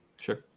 Sure